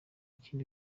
ikindi